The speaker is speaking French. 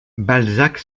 balzac